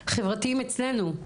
חברתיים אצלנו.